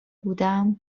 بودم